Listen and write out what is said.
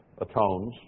atones